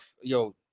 yo